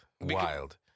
Wild